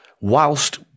whilst